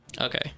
Okay